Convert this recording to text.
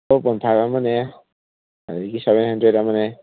four point five ꯑꯃꯅꯦ ꯑꯗꯒꯤ ꯁꯕꯦꯟ ꯍꯟꯗ꯭ꯔꯦꯗ ꯑꯃꯅꯦ